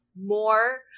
more